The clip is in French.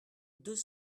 deux